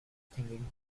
thinking